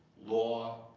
law,